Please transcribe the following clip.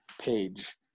page